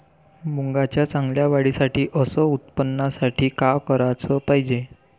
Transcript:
मुंगाच्या चांगल्या वाढीसाठी अस उत्पन्नासाठी का कराच पायजे?